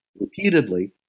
repeatedly